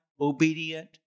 obedient